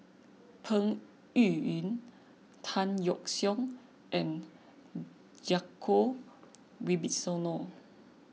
Peng Yuyun Tan Yeok Seong and Djoko Wibisono